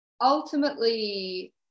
ultimately